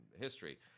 history